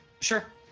Sure